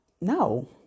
no